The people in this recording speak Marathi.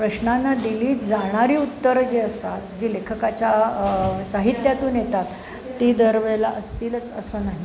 प्रश्नांना दिली जाणारी उत्तरं जे असतात जी लेखकाच्या साहित्यातून येतात ती दरवेळेला असतीलच असं नाही